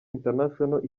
international